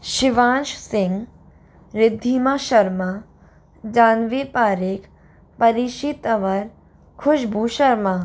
शिवांश सिंह रिद्धिमा शर्मा जाह्नवी पारेख परीक्षित अवर खुशबू शर्मा